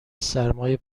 سرمای